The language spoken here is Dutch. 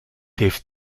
heeft